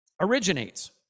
originates